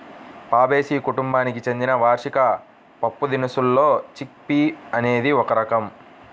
Fabaceae కుటుంబానికి చెందిన వార్షిక పప్పుదినుసుల్లో చిక్ పీ అనేది ఒక రకం